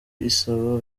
isaba